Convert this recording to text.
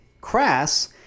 crass